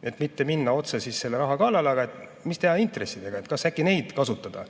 taheta] minna otse selle raha kallale, aga mida teha intressidega? Kas äkki neid kasutada